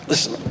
Listen